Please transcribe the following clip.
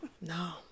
No